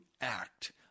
act